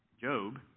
Job